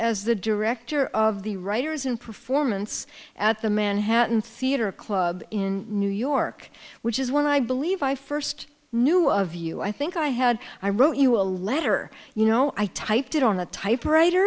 as the director of the writers in performance at the manhattan theatre club in new york which is when i believe i first knew of you i think i had i wrote you a letter you know i typed it on the typewriter